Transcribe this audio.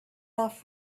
off